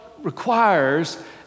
requires